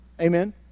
Amen